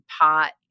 pot